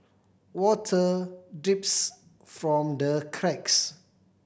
water drips from the cracks